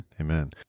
Amen